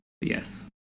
Yes